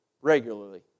regularly